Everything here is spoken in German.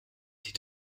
die